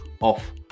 off